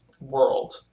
world